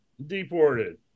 deported